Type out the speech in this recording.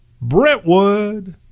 Brentwood